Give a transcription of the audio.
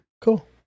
Cool